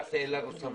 למעשה אין לנו סמכות.